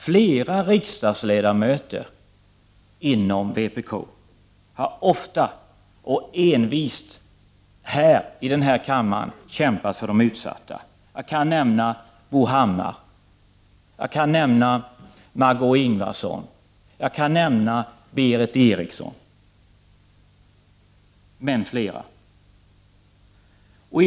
Flera riksdagsledamöter inom vpk har ofta och envist här i denna kammare kämpat för de utsatta. Jag kan nämna Bo Hammar, Margö Ingvardsson och Berith Eriksson bland flera andra.